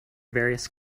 various